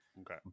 Okay